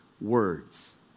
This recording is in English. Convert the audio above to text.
words